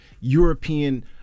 European